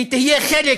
שהיא תהיה חלק